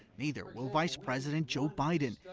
neither will vice president joe biden.